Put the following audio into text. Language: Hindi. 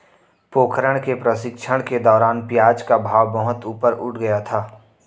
पोखरण के प्रशिक्षण के दौरान प्याज का भाव बहुत ऊपर उठ गया था